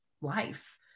life